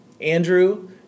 Andrew